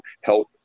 health